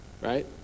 right